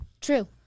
True